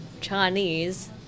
Chinese